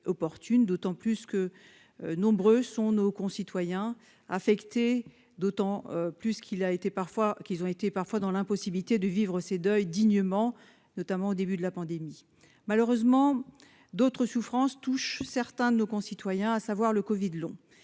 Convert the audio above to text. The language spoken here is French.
d'autant plus que nombreux sont nos concitoyens affectés d'autant plus qu'il a été parfois qui ont été parfois dans l'impossibilité de vivre ces deuil dignement, notamment au début de la pandémie, malheureusement, d'autres souffrances touche certains de nos concitoyens, à savoir le Covid long,